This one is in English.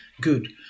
Good